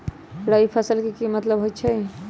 रबी फसल के की मतलब होई छई?